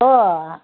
अ